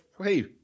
hey